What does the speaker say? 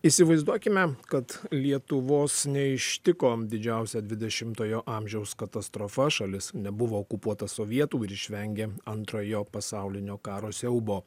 įsivaizduokime kad lietuvos neištiko didžiausia dvidešimtojo amžiaus katastrofa šalis nebuvo okupuota sovietų ir išvengė antrojo pasaulinio karo siaubo